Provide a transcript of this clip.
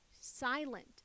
silent